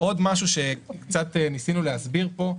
עוד משהו שניסינו להסביר פה,